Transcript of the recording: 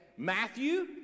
Matthew